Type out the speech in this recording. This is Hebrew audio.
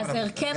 מה ההרכב,